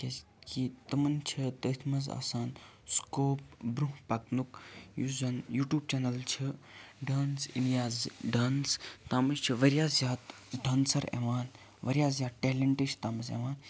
کیٛازکہِ تِمَن چھ تٔتھۍ مَنٛز آسان سُکوپ برٛونٛہہ پَکنُک یُس زَن یوٗ ٹیوب چَنَل چھِ ڈانس اِنٛڈیاز ڈانس تَتھ مَنٛز چھِ واریاہ زیادٕ ڈانسَر یِوان واریاہ زیادٕ ٹیلَنٹ چھ تَتھ مَنٛز یِوان